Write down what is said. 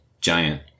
giant